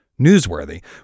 newsworthy